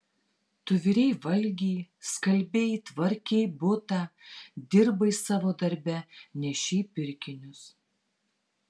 tu virei valgi skalbei tvarkei butą dirbai savo darbe nešei pirkinius